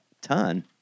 ton